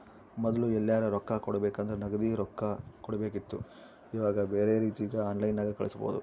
ಮೊದ್ಲು ಎಲ್ಯರಾ ರೊಕ್ಕ ಕೊಡಬೇಕಂದ್ರ ನಗದಿ ರೊಕ್ಕ ಕೊಡಬೇಕಿತ್ತು ಈವಾಗ ಬ್ಯೆರೆ ರೀತಿಗ ಆನ್ಲೈನ್ಯಾಗ ಕಳಿಸ್ಪೊದು